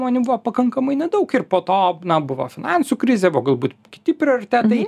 įmonių buvo pakankamai nedaug ir po to buvo finansų krizė buvo galbūt kiti prioritetai